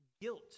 guilt